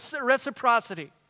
reciprocity